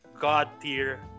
God-tier